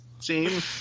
Team